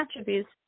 attributes